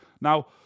Now